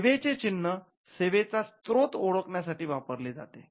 सेवेचे चिन्ह सेवेचा स्रोत ओळखण्या साठी वापरले जाते